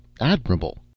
Admirable